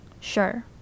Sure